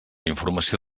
informació